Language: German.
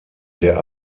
der